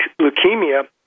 leukemia